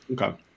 Okay